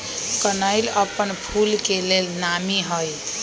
कनइल अप्पन फूल के लेल नामी हइ